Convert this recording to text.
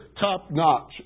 top-notch